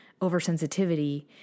oversensitivity